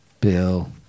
Bill